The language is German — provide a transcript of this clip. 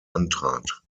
antrat